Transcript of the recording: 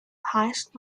highest